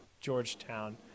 Georgetown